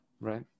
right